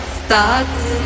starts